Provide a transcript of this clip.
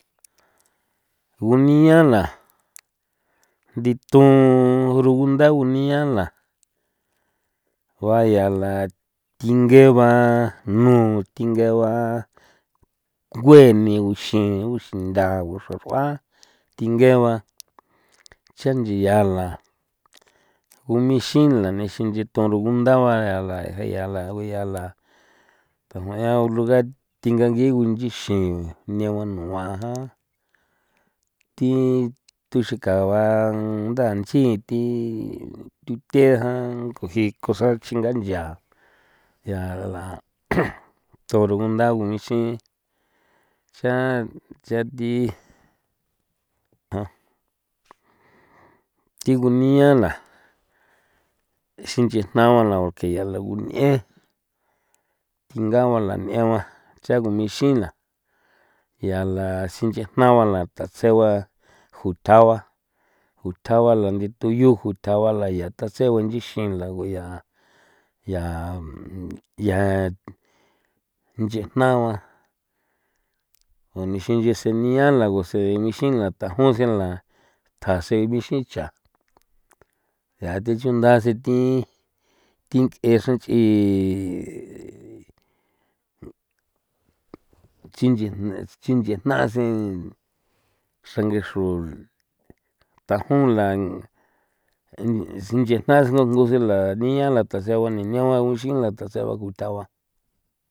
Guniala ndithon rugunda gunia la guayala thinge ba nu thinge ba gueni uxi uxinda uxar'ua thinge ba chanchia la ixila nexinchi torugunda bayala yala uyala thague ya uluga thingangi gunchixin negua nua jan thi thuxi kaba ndanchi thi thi thejaan kuji ko xra chringaa yaa yala torugunda gunixi cha chathi thi guniiala xinche jna ba la porque ya la gun'ie thinga gua la negua cha g ixila yala xinchejna ba la tha tsegua juta gua juta gua la ndithu yu juta gua la ya tha tsegua nchi xila nguyaa ya ya nchejna gua unixi nchi senia la guse ixila tajusen la tjase bixichaa yaa thi chundaase thi thin t'ese nch'i chinche chin che jnaase xrangexrun thajun la ee xinchejna ungusela niala thasegua ni niegua uxila thasegua ku thagua.